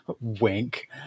Wink